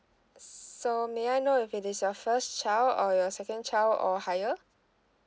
so may I know if it is your first child or your second child or higher